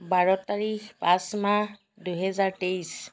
বাৰ তাৰিখ পাঁচ মাহ দুহেজাৰ তেইছ